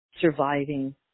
surviving